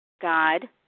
God